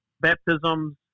baptisms